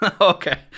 okay